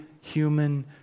human